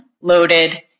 loaded